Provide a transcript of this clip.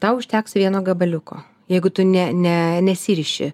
tau užteks vieno gabaliuko jeigu tu ne ne nesiriši